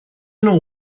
نوع